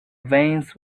veins